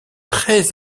très